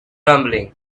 rumbling